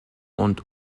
und